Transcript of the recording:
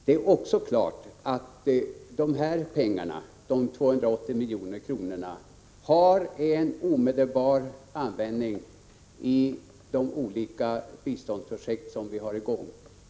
Det är också klart att dessa 280 milj.kr. har en omedelbar användning i de olika biståndsprojekt som är i gång.